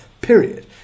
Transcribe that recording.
Period